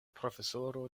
profesoro